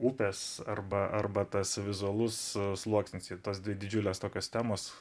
upės arba arba tas vizualus sluoksnis i tos dvi didžiulės tokios temos